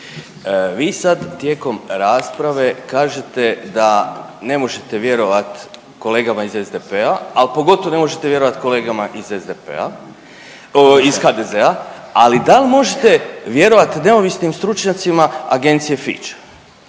vi sad tijekom rasprave kažete da ne možete vjerovat kolegama iz SDP-a, a pogotovo ne možete vjerovat kolegama iz SDP-a iz HDZ-a, al dal možete vjerovat neovisnim stručnjacima Agencije Fitch